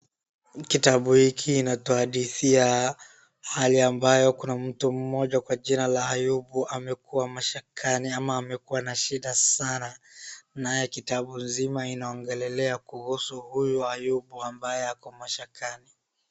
Kitabu hiki inatuhadithia hali ambayo kuna mtu moja kwa jina la Ayubu amekua mashakani ama amekua na shida sana. Naye kitabu zima inaongelelea kuhusu huyu Ayubu ambaye ako mashakani.